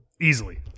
Easily